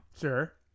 Sure